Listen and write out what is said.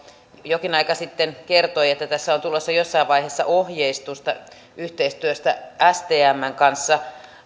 jokin aika sitten kertoi että tästä on tulossa jossain vaiheessa ohjeistusta yhteistyössä stmn kanssa